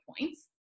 points